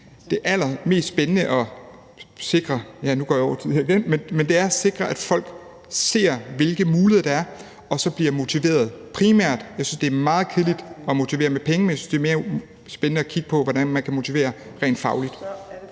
jeg over tiden igen – at folk ser, hvilke muligheder der er, og bliver motiveret. Jeg synes det er meget kedeligt at motivere med penge – jeg synes, det er mere spændende at kigge på, hvordan man kan motivere rent fagligt.